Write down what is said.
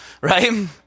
right